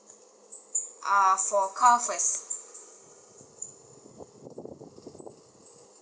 uh for car first